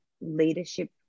leadership